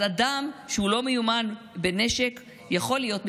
אז אדם שהוא לא מיומן בנשק יכול להיות מסוכן.